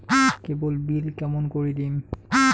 কেবল bill কেমন করি দিম?